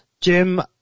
Jim